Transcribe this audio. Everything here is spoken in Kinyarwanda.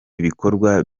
ibikorwa